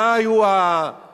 מה היו העובדות